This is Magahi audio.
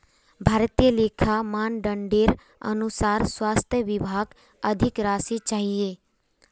भारतीय लेखा मानदंडेर अनुसार स्वास्थ विभागक अधिक राशि चाहिए